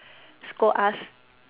scold us